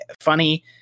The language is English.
funny